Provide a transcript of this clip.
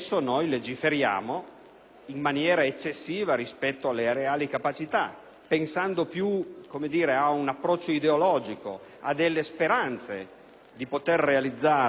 in maniera eccessiva rispetto alle reali capacità; forse pensiamo più ad un approccio ideologico e alla speranza di realizzare in tempi rapidi